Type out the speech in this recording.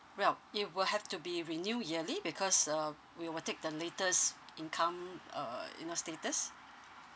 well it will have to be renew yearly because um we will take the latest income uh you know status